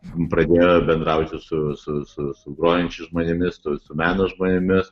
pradėjo bendrauti su su su su grojančiais žmonėmis su su meno žmonėmis